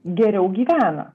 geriau gyvena